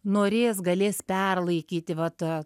norės galės perlaikyti vat